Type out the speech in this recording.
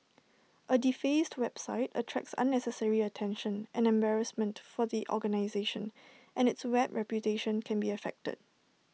A defaced website attracts unnecessary attention and embarrassment for the organisation and its web reputation can be affected